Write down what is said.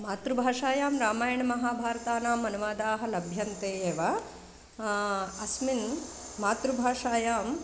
मातृभाषायां रामायणमहाभारतानाम् अनुवादाः लभ्यन्ते एव अस्मिन् मातृभाषायां